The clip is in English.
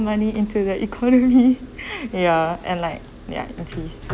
money into the economy ya and like ya increase